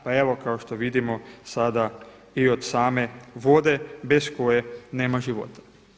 Pa evo kao što vidimo sada i od same vode bez koje nema života.